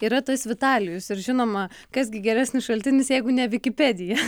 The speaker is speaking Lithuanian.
yra tas vitalijus ir žinoma kas gi geresnis šaltinis jeigu ne vikipedija